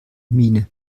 miene